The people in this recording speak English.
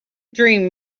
dream